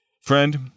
Friend